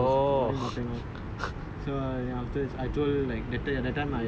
வெண்ணெ காப்பு:vennae kaappu butter so he came to my dream that he was providing butter and all